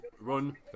run